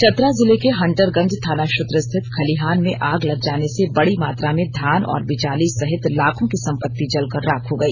चतरा जिले के हंटरगंज थाना क्षेत्र स्थित खलिहान में आग जग जाने से बड़ी मात्रा में धान और बिचाली सहित लाखों की संपति जलकर राख हो गई